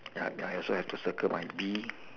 ya I I also have to circle my bee